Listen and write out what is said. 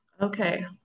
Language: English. Okay